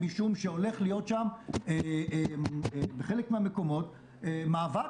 משום שהולך להיות בחלק מהמקומות מאבק,